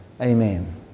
Amen